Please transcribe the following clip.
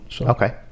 Okay